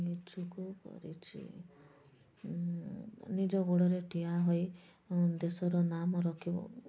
ଇଛୁକ କରିଛି ନିଜ ଗୋଡ଼ରେ ଠିଆ ହୋଇ ଦେଶର ନାମ ରଖିବ